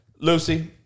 Lucy